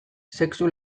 sexu